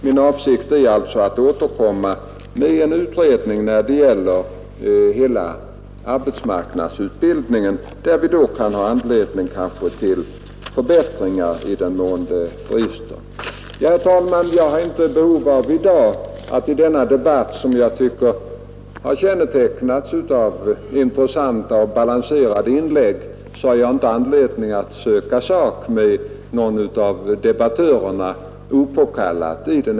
Min avsikt är alltså att återkomma med en utredning i fråga om hela arbetsmarknadsutbildningen. Vi kan då få tillfälle att diskutera förbättringar i den mån det visar sig föreligga brister. Herr talman! I denna debatt, som kännetecknats av intressanta och balanserade inlägg, har jag inte någon anledning att opåkallat söka sak med någon av debattörerna.